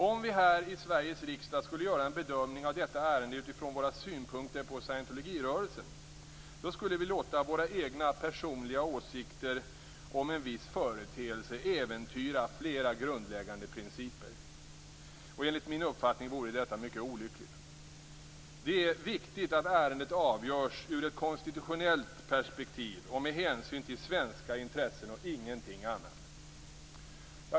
Om vi här i Sveriges riksdag skulle göra en bedömning av detta ärende utifrån våra synpunkter på scientologirörelsen skulle vi låta våra egna personliga åsikter om en viss företeelse äventyra flera grundläggande principer. Enligt min uppfattning vore detta mycket olyckligt. Det är viktigt att ärendet avgörs ur ett konstitutionellt perspektiv och med hänsyn till svenska intressen och ingenting annat.